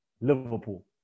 Liverpool